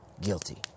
guilty